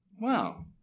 Wow